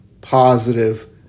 positive